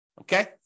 Okay